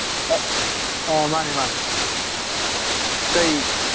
ꯑꯥ ꯃꯥꯅꯦ ꯃꯥꯅꯦ ꯀꯔꯤ